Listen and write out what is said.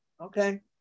Okay